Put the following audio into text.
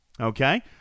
Okay